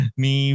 ni